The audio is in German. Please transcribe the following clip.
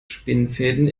spinnenfäden